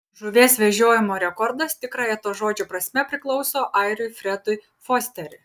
žuvies vežiojimo rekordas tikrąja to žodžio prasme priklauso airiui fredui fosteriui